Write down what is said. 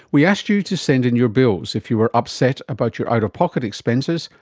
we asked you to send in your bills if you were upset about your out-of-pocket expenses,